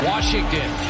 Washington